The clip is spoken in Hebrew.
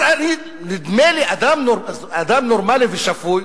נדמה לי אדם נורמלי ושפוי